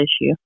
issue